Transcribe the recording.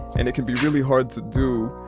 and it can be really hard to do